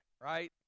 right